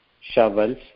shovels